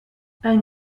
een